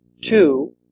two